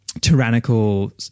tyrannical